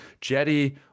Jetty